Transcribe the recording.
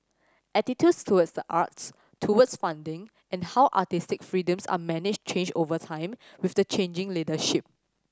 attitudes towards the arts towards funding and how artistic freedoms are managed change over time with the changing leadership